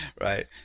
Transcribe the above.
right